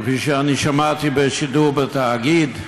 כפי שאני שמעתי בשידור בתאגיד,